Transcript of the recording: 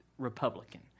Republican